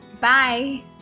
Bye